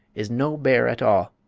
is no bear at all,